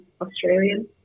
Australian